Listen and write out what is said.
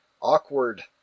awkward